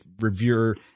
reviewer